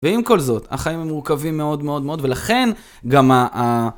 ועם כל זאת החיים הם מורכבים מאוד מאוד מאוד ולכן גם ה...